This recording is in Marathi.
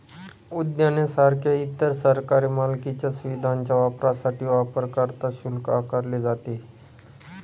उद्याने सारख्या इतर सरकारी मालकीच्या सुविधांच्या वापरासाठी वापरकर्ता शुल्क आकारले जाते